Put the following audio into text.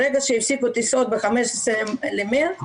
ברגע שהפסיקו טיסות ב-15 במרץ,